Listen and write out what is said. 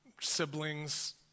siblings